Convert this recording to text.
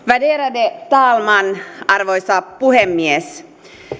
värderade talman arvoisa puhemies